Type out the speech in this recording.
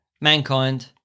Mankind